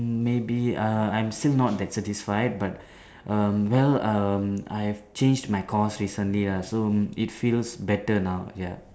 mm maybe uh I'm still not that satisfied but um well um I have changed my course recently lah so it feels better now ya